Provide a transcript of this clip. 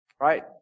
right